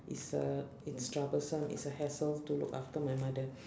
is a it's troublesome it's a hassle to look after my mother